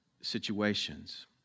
situations